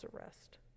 arrest